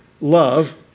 love